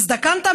הזדקנת?